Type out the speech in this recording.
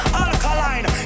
alkaline